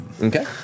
Okay